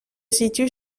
situe